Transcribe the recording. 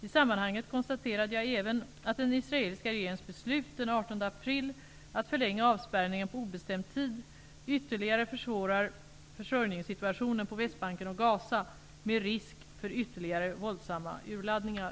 I sammanhanget konstaterade jag även att den israeliska regeringens beslut den 18 april, att förlänga avspärrningen på obestämd tid, ytterligare försvårar försörjningssituationen på Västbanken och Gaza -- med risk för ytterligare våldsamma urladdningar.